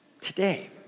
today